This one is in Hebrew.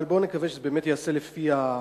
אבל בוא נקווה שזה באמת ייעשה לפי התקנות.